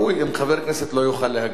אם חבר כנסת לא יכול להגיע,